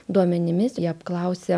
duomenimis jie apklausė